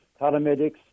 paramedics